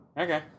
okay